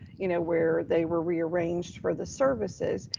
you know, where they were rearranged for the services.